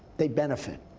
they benefit.